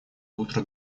утро